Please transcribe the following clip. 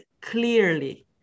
clearly